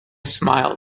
smiled